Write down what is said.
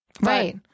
Right